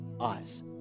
eyes